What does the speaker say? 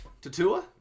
Tatua